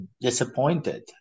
disappointed